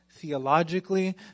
theologically